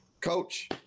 coach